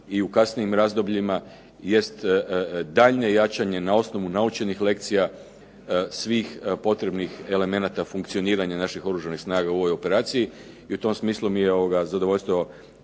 i u kasnijim razdobljima jest daljnje jačanje na osnovu naučenih lekcija svih potrebnih elemenata funkcioniranja naših Oružanih snaga u ovoj operaciji. I u tom smislu mi je zadovoljstvo